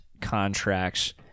contracts